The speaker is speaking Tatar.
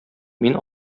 мин